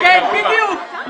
כן, בדיוק.